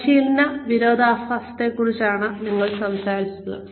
പരിശീലന വിരോധാഭാസത്തെക്കുറിച്ചാണ് ഞങ്ങൾ സംസാരിച്ചത്